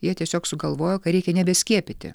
jie tiesiog sugalvojo kad reikia nebeskiepyti